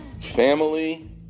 Family